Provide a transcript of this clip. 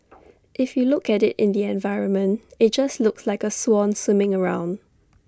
if you look at IT in the environment IT just looks like A swan swimming around